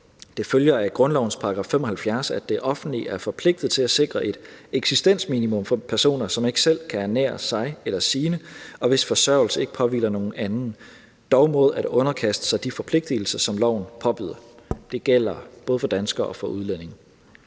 Det følger af grundlovens § 75, at det offentlige er forpligtet til at sikre et eksistensminimum for personer, som ikke selv kan ernære sig eller sine, og hvis forsørgelse ikke påhviler nogen anden – dog mod at underkaste sig de forpligtelser, som loven påbyder. Det gælder både for danskere og for udlændinge.